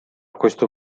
questo